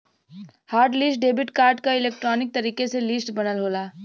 hot list debit card क electronic तरीके से लिस्ट बनल होला